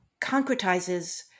concretizes